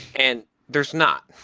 and there's not.